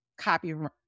copyright